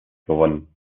gewonnen